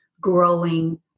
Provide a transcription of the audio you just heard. growing